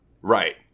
Right